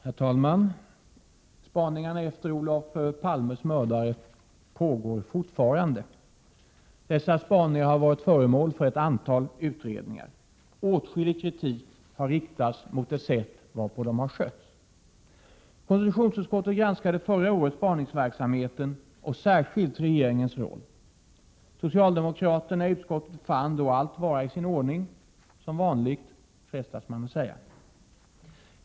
Herr talman! Spaningarna efter Olof Palmes mördare pågår fortfarande. Dessa spaningar har varit föremål för ett antal utredningar. Åtskillig kritik har riktats mot det sätt varpå de skötts. KU granskade förra året spaningsverksamheten och särskilt regeringens roll. Socialdemokraterna i utskottet fann allt vara i sin ordning — som vanligt, frestas man säga.